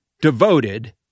devoted